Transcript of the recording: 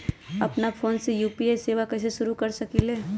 अपना फ़ोन मे यू.पी.आई सेवा कईसे शुरू कर सकीले?